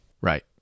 Right